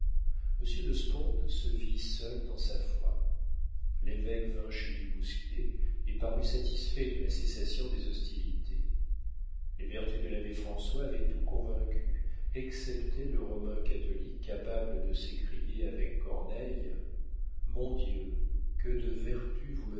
de sponde se vit seul dans sa foi l'évêque vint chez du bousquier et parut satisfait de la cessation des hostilités les vertus de l'abbé françois avaient tout vaincu excepté le romain catholique capable de s'écrier avec corneille mon dieu que de vertus